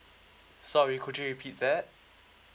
sorry could you repeat that